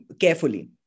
carefully